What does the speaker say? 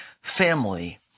family